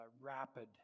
rapid